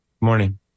Morning